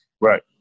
right